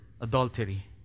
Adultery